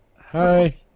Hi